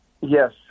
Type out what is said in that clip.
Yes